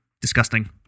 disgusting